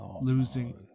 losing